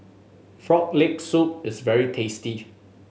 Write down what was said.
Frog Leg Soup is very tasty